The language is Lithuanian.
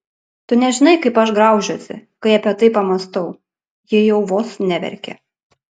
tu nežinai kaip aš graužiuosi kai apie tai pamąstau ji jau vos neverkė